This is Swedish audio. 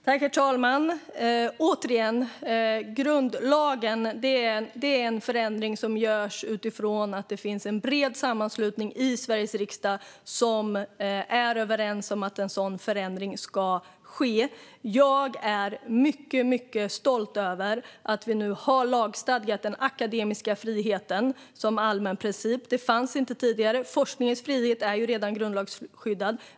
Herr talman! Återigen: Att skriva in den i grundlagen är en förändring som görs utifrån att det finns en bred sammanslutning i Sveriges riksdag som är överens om att en sådan förändring ska ske. Jag är mycket stolt över att vi har lagstadgat den akademiska friheten som allmän princip. Det fanns inte tidigare. Forskningens frihet är redan grundlagsskyddad.